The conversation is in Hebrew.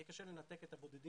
יהיה קשה לנתק את הבודדים